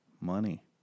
money